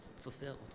fulfilled